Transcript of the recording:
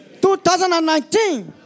2019